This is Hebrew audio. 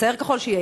מצער ככל שיהיה.